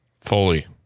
Fully